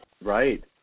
right